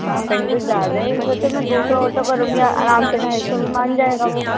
five hundred زیادہ ہے اس سے اچھا میں دوسرا آٹو کروں گی آرام سے ڈھائی سو میں مان جائے گا وہ